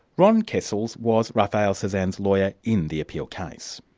ron kessels was rafael cesan's lawyer in the appeal case.